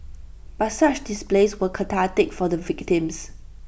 but such displays were cathartic for the victims